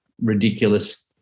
ridiculous